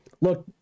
Look